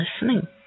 listening